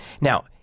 Now